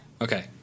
Okay